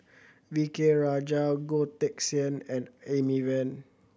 V K Rajah Goh Teck Sian and Amy Van